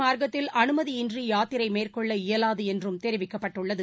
மார்க்கத்தில் குறிப்பிட்ட அமைதியின்றி யாத்திரை மேற்கொள்ள இயலாது என்றும் தெரிவிக்கப்பட்டுள்ளது